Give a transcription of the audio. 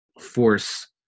force